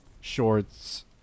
shorts